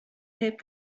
heb